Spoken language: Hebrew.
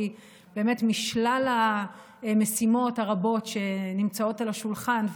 כי באמת משלל המשימות הרבות שנמצאות על השולחן,